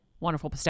Wonderful